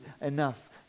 enough